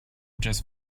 just